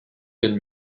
d’elle